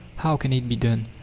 how can it be done?